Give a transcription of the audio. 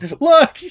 Look